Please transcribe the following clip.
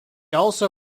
also